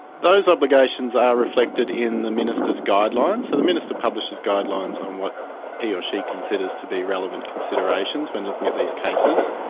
those obligations are reflected in the minister's guidelines. so the minister publishes guidelines on what he or she considers to be relevant considerations when looking at these cases.